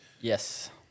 Yes